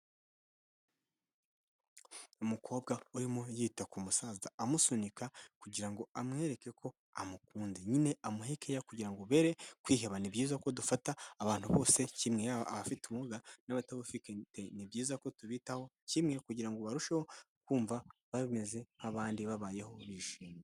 Umukobwa urimo yita ku musaza amusunika kugira ngo amwereke ko amukunze, nyine amuhe keya kugira ngo bere kwiheba. Ni byiza ko dufata abantu bose kimwe abafite ubumuga n'atabufite. Ni byiza ko tubitaho kimwe kugira ngo barusheho kumva bameze nk'abandi babayeho bishimye.